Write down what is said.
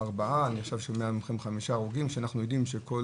עכשיו אני שומע מכם על חמישה הרוגים כשאנחנו יודעים שכל